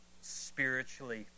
spiritually